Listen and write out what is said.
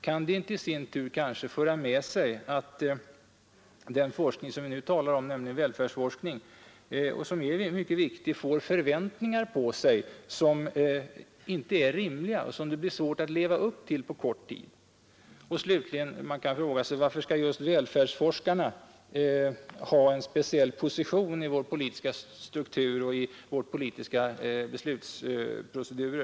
Kan det inte i sin tur medföra att välfärdsforskningen, som vi nu talar om och som är mycket viktig, får förväntningar på sig, som inte är rimliga och som det blir svårt att leva upp till på kort tid? Slutligen kan man fråga sig varför just välfärdsforskarna skall ha en speciell position i vår politiska struktur och i våra politiska beslutsprocesser.